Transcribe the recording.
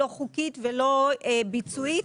לא חוקית ולא ביצועית,